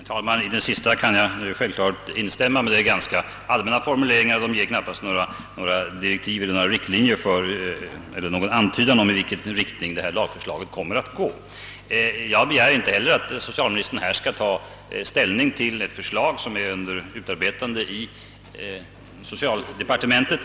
Herr talman! I socialministerns senaste uttalande kan jag självfallet instämma. Men det är ganska allmänna formuleringar som knappast ger någon antydan om i vilken riktning lagförslaget kommer att gå. Jag begär inte att socialministern här i detalj skall ta ställning till ett förslag som är under utarbetande i socialdepartementet.